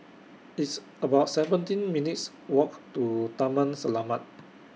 It's about seventeen minutes' Walk to Taman Selamat